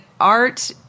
art